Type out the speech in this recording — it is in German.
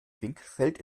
winkelfeld